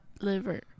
liver